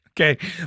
Okay